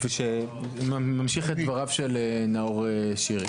אני ממשיך את דבריו של נאור שירי.